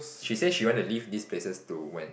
she says she want to leave these places to when